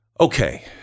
Okay